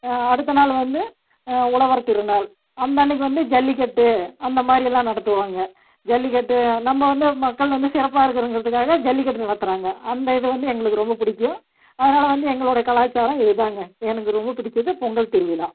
அடுத்த நாள் வந்து உழவர் திருநாள் அந்த அன்றைக்கி வந்து ஜல்லிக்கட்டு அந்த மாதிரி எல்லாம் நடத்துவாங்க ஜல்லிக்கட்டு நம்ம வந்து மக்கள் வந்து சிறப்பாக இருக்கணும்கிறதுக்காக ஜல்லிக்கட்டு நடத்தறாங்க அந்த இது வந்து எங்களுக்கு ரொம்ப பிடிக்கும் அதனால் வந்து எங்களோடைய கலாச்சாரம் இதுதாங்க எனக்கு ரொம்ப பிடிச்சது பொங்கல் திருவிழா